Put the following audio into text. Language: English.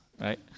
right